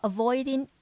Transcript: Avoiding